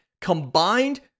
Combined